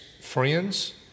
friends